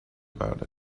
about